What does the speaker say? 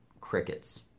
crickets